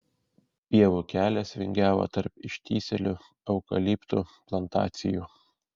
pievų kelias vingiavo tarp ištįsėlių eukaliptų plantacijų